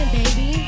baby